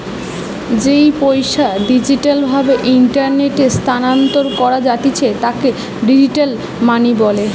যেই পইসা ডিজিটাল ভাবে ইন্টারনেটে স্থানান্তর করা জাতিছে তাকে ডিজিটাল মানি বলে